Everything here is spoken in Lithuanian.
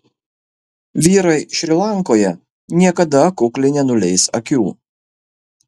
vyrai šri lankoje niekada kukliai nenuleis akių